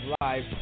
live